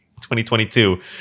2022